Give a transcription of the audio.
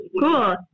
cool